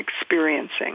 experiencing